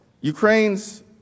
Ukraine's